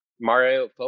Mario